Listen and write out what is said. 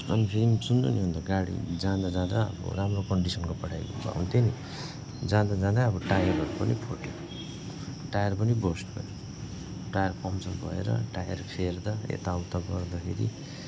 अनि फेरि सुन्नुनि अन्त गाडी जाँदा जाँदा आबो राम्रो कन्डिसनको पठाइदिएको भए हुन्थ्यो नि जाँदा जाँदा अब टायरहरू पनि फुट्यो टायर पनि ब्रस्ट भयो टायर पम्चर भयो र टायर फेर्दा यताउता गर्दाखेरि